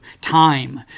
time